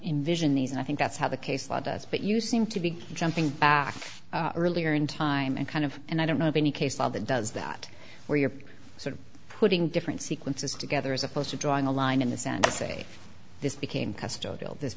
invision these and i think that's how the case law does but you seem to be jumping back earlier in time and kind of and i don't know of any case law that does that where you're sort of putting different sequences together as opposed to drawing a line in the sand and say this became custom build this